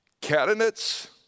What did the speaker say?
Candidates